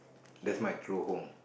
that's my true home